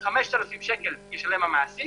5,000 שקל ישלם המעסיק